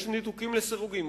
יש ניתוקים לסירוגין.